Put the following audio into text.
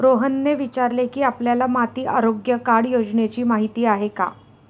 रोहनने विचारले की, आपल्याला माती आरोग्य कार्ड योजनेची माहिती आहे का?